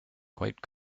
quite